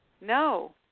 no